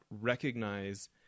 recognize